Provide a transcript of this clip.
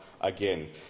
again